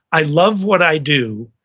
i love what i do,